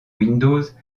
windows